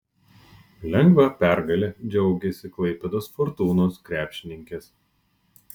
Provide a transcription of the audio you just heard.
lengva pergale džiaugėsi klaipėdos fortūnos krepšininkės